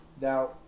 Now